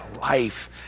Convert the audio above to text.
life